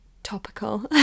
topical